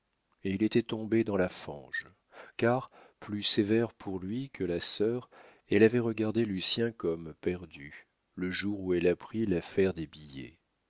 et il était tombé dans la fange car plus sévère pour lui que la sœur elle avait regardé lucien comme perdu le jour où elle apprit l'affaire des billets